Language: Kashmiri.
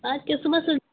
اَدٕ کیٛاہ صُبحَس حظ